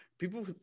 People